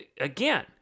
Again